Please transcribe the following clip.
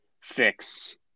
fix